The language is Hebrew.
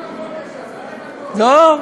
למה מכות, ?